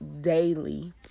daily